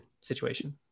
situation